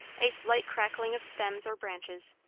a slight crackling of stems or branches,